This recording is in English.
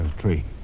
Three